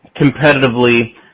competitively